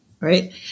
right